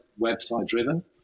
website-driven